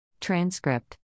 Transcript